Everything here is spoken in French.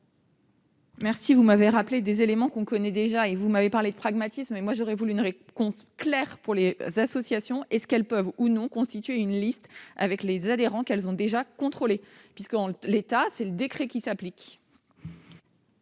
d'État, vous avez rappelé des éléments que l'on connaît déjà ... Vous parlez de pragmatisme, mais j'aurais voulu une réponse claire pour les associations : peuvent-elles, ou non, constituer une liste avec les adhérents qu'elles ont déjà contrôlés ? En l'état, c'est le décret qui s'applique